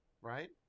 Right